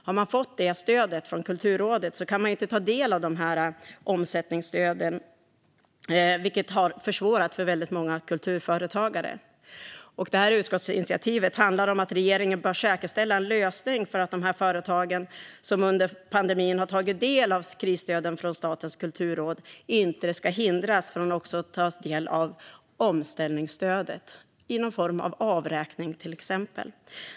Har man fått ett sådant stöd kan man inte ta del av omställningsstödet, vilket har försvårat för väldigt många kulturföretagare. Detta utskottsinitiativ handlar om att regeringen bör säkerställa en lösning så att de företag som under pandemin har tagit del av krisstöden från Statens kulturråd inte ska hindras från att också ta del av omställningsstödet, till exempel någon form av avräkning.